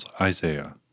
Isaiah